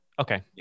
Okay